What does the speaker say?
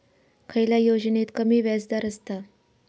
खयल्या योजनेत कमी व्याजदर असता?